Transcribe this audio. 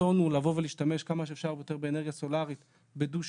הרצון הוא לבוא ולהשתמש כמה שיותר באנרגיה סולארית בדו-שימוש,